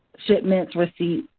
shipments, receipts,